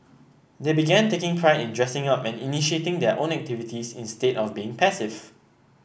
they began taking pride in dressing up and initiating their own activities instead of being passive